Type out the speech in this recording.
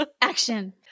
Action